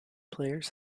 players